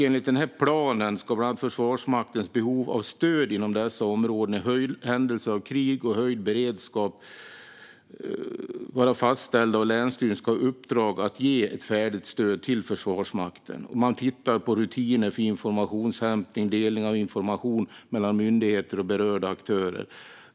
Enligt denna plan ska bland annat Försvarsmaktens behov av stöd inom dessa områden i händelse av krig eller höjd beredskap vara fastställt, och länsstyrelsen ska ha i uppdrag att ge ett färdigt stöd till Försvarsmakten. Man tittar på rutiner för informationshämtning och delning av information mellan myndigheter och berörda aktörer.